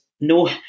no